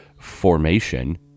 formation